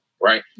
right